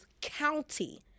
county